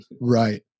Right